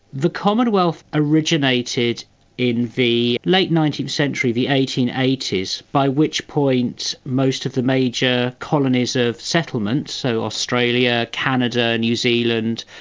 the commonwealth originated in the late nineteenth century, the eighteen eighty s, by which point most of the major colonies of settlement so australia, canada, new zealand,